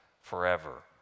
forever